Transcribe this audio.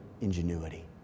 ingenuity